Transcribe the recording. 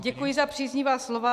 Děkuji za příznivá slova.